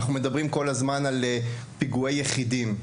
אנחנו מדברים כל הזמן על פיגועי בודדים.